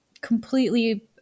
completely